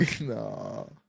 no